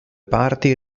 parti